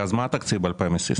אז מה התקציב ב-2022?